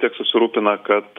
tiek susirūpina kad